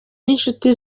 ninshuti